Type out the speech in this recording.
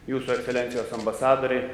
jūsų ekscelencijos ambasadoriai